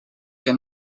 que